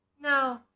No